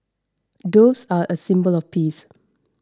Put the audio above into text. doves are a symbol of peace